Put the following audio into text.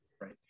Right